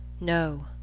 no